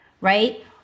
right